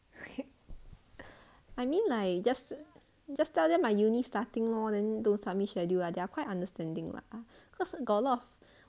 I mean like just just tell them my uni starting lor then don't submit schedule lah they are quite understanding lah cause got a lot